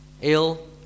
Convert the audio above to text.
ill